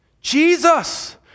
Jesus